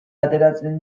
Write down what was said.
ateratzen